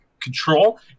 control